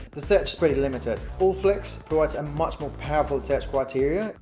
the search is pretty limited. allflicks provides a much more powerful search criteria.